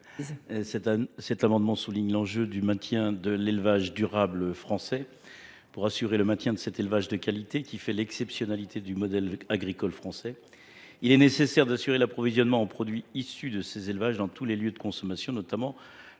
Cet amendement vise à souligner l’importance du maintien de l’élevage durable français. Pour assurer le maintien de cet élevage de qualité, qui fait l’exceptionnalité du modèle agricole français, il est nécessaire d’assurer l’approvisionnement en produits issus de ces élevages de tous les lieux de consommation, notamment